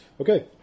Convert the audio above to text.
Okay